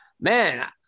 man